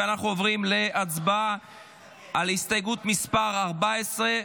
ואנחנו עוברים להצבעה על הסתייגות מס' 14,